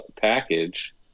package